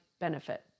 benefit